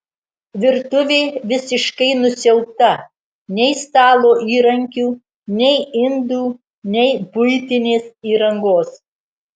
virtuvė visiškai nusiaubta nei stalo įrankių nei indų nei buitinės įrangos